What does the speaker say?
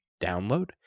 download